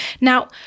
Now